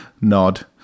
nod